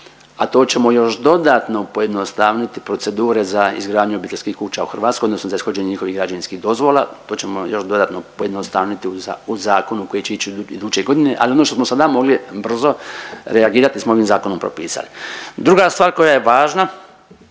a to ćemo još dodatno pojednostavniti procedure za izgradnju obiteljskih kuća u Hrvatskoj odnosno za ishođenje njihovih građevinskih dozvola, to ćemo još dodatno pojednostavniti u zakonu koji će ići iduće godine. Ali ono što smo sada mogli brzo reagirati to smo ovim zakonom propisali. Druga stvar koja je važna,